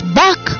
back